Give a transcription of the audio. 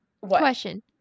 question